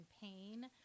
pain